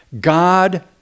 God